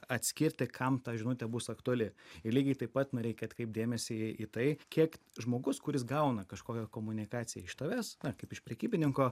atskirti kam ta žinutė bus aktuali ir lygiai taip pat na reikia atkreipt dėmesį į tai kiek žmogus kuris gauna kažkokią komunikaciją iš tavęs na kaip iš prekybininko